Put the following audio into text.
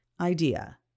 idea